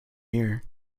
year